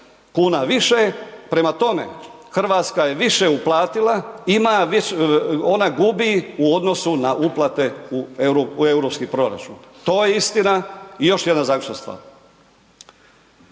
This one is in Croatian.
kuna više? Prema tome, Hrvatska je više uplatila, ima već, ona gubi i odnosu na uplate u EU proračun. To je istina i još jedna zaključna stvar.